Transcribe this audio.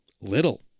little